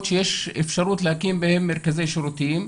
שיש אפשרות להקים בהם מרכזי שירותים.